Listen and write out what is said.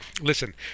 Listen